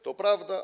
To prawda.